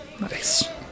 Nice